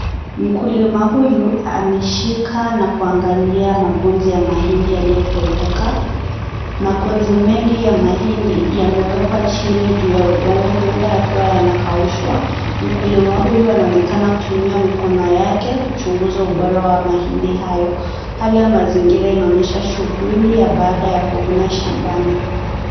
Mkulima huyu ameshika na kuangalia makundi ya mahindi yaliyo pefuka. Makundi mengi ya mahindi yamewekwa chini juubya udongo huenda yakiwa yamekawishwa. Mkulima huyu anaonekana kutumia mkono wake kuchunguza ubora wa mahindi hayo. Hali ya mazingira unaonyesha shughuli ya baada ya kuvuka shambani.